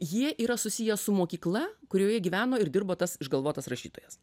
jie yra susiję su mokykla kurioje gyveno ir dirbo tas išgalvotas rašytojas